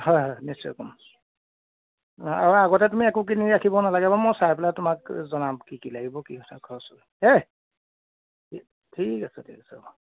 হয় হয় নিশ্চয় ক'ম আগতে তুমি একো কিনি ৰাখিব নালাগে মই চাই পেলাই তোমাক জনাম কি কি লাগিব কি কথা খৰচ দেই ঠিক আছে ঠিক আছে অঁ